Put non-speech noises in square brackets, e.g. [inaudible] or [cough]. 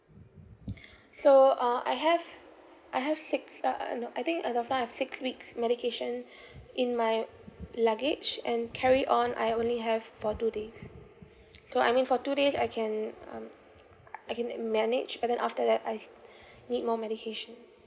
so uh I have I have six uh uh uh no I think at the flight I've six weeks medication in my luggage and carry on I only have for two days so I mean for two days I can um [noise] I can manage but then after that I s~ need more medication